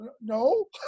no